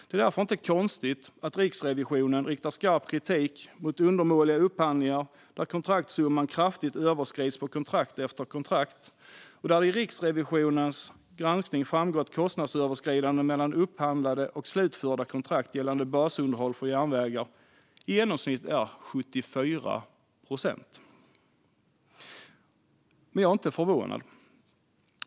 Det är därför inte konstigt att Riksrevisionen riktar skarp kritik mot undermåliga upphandlingar, där kontraktssumman kraftigt överskrids på kontrakt efter kontrakt. I Riksrevisionens granskning framgår att kostnadsöverskridandet mellan upphandlade och slutförda kontrakt gällande basunderhåll för järnvägar är i genomsnitt 74 procent. Jag är inte förvånad.